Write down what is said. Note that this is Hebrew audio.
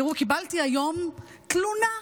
תראו, קיבלתי היום תלונה.